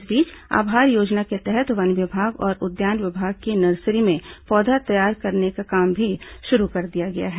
इस बीच आभार योजना के तहत वन विभाग और उद्यान विभाग की नर्सरी में पौधा तैयार करने का काम भी शुरू कर दिया गया है